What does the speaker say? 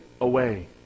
away